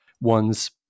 one's